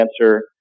answer